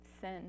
sin